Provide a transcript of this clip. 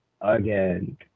again